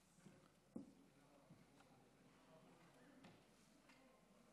שלוש דקות לרשותך, אדוני.